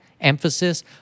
emphasis